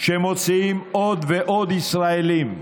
שמוציאות עוד ועוד ישראלים.